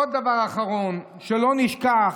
עוד דבר אחרון, שלא נשכח